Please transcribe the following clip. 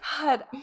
God